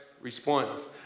response